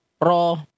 Pro